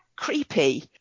Creepy